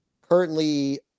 Currently